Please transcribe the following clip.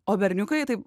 o berniukai taip